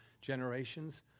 generations